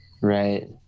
Right